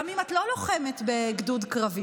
גם אם את לא לוחמת בגדוד קרבי.